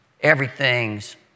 everything's